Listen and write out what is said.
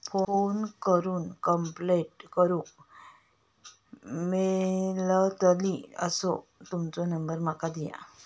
Phone करून complaint करूक मेलतली असो तुमचो नंबर माका दिया?